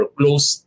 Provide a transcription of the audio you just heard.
close